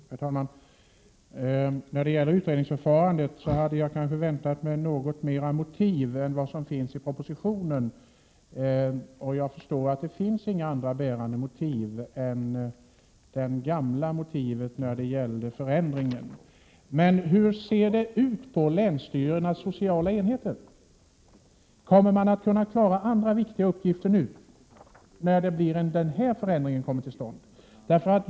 Herr talman! När det gäller utredningsförfarandet hade jag nog väntat mig något bättre motiv än vad som finns i propositionen. Jag förstår att det inte finns andra bärande motiv än det som gällde vid den tidigare förändringen, men hur ser det ut på länsstyrelsens sociala enheter? Kommer man att kunna klara andra viktiga uppgifter nu, när denna förändring införs?